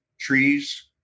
trees